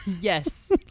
Yes